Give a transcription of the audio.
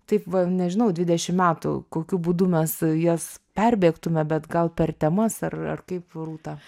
taip va nežinau dvidešim metų kokiu būdu mes jas perbėgtume bet gal per temas ar ar kaip rūta